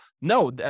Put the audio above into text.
no